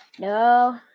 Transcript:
No